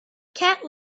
cat